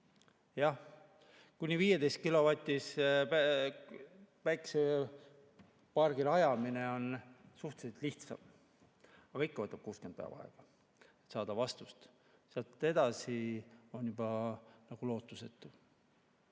Jah, kuni 15‑kilovatise päikesepargi rajamine on suhteliselt lihtsam. Aga ikka võtab 60 päeva aega, et saada vastust. Sealt edasi on nagu lootusetu.